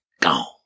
Gone